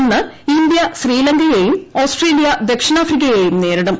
ഇന്ന് ഇന്ത്യ ശ്രീലങ്കയെയും ഓസ്ട്രേലിയ ദക്ഷിണാഫ്രിക്കയേയും നേരിടും